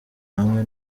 hamwe